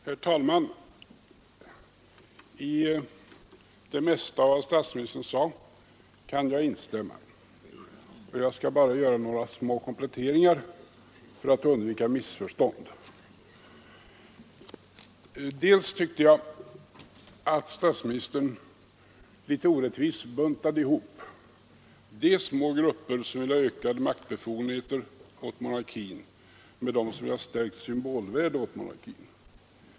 Herr talman! I det mesta av vad statsministern sade kan jag instämma. Jag skall bara göra några små kompletteringar för att undvika missförstånd. Till att börja med tyckte jag att statsministern litet orättvist buntade ihop de smågrupper som vill ha ökade maktbefogenheter åt monarkin med den grupp som vill ha stärkt symbolvärde åt monarkin.